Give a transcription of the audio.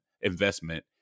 investment